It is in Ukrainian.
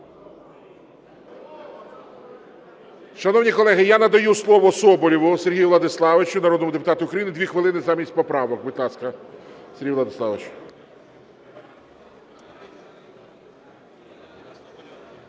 Шановні колеги, я надаю слово Соболєву Сергію Владиславовичу, народному депутату України, 2 хвилини замість поправок. Будь ласка, Сергій Владиславович.